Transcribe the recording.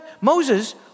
Moses